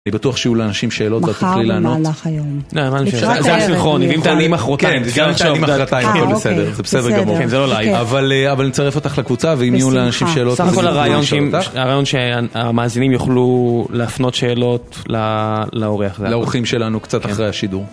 אני בטוח שיהיו לאנשים שאלות, ואת תוכלי לענות. מחר במהלך היום. זה אסינכרוני ואם תעני מחרותיים. כן, גם אם תעני מחרתיים, אבל בסדר, זה בסדר גמור. כן, זה לא לייב. אבל נצטרף אותך לקבוצה, ואם יהיו לאנשים שאלות... סך הכל הרעיון שהמאזינים יוכלו להפנות שאלות לאורח. לאורחים שלנו, קצת אחרי השידור.